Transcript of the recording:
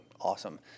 awesome